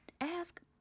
Ask